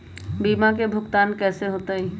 बीमा के भुगतान कैसे होतइ?